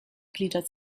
gliedert